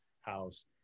house